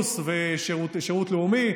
לגיוס ושירות לאומי,